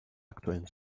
aktuellen